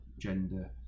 gender